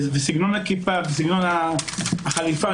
סגנון הכיפה וסגנון החליפה,